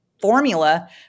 formula